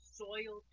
soil